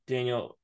Daniel